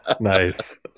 Nice